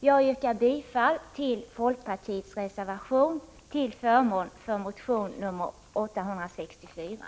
Jag yrkar bifall till folkpartiets reservation till förmån för motion 864.